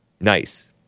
Nice